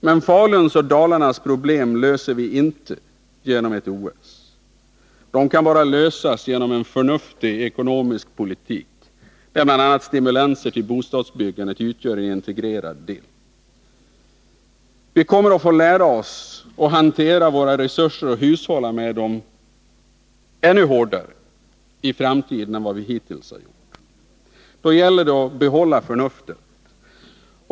Men Faluns och Dalarnas problem löser vi inte genom ett OS. De kan bara lösas genom en förnuftig ekonomisk politik, där bl.a. stimulanser till bostadsbyggandet utgör en integrerad del. Vi kommer i framtiden att få lära oss att hantera och hushålla med våra resurser ännu noggrannare än hittills, och då gäller det att behålla förnuftet.